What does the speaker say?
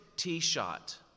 T-shot